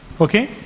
Okay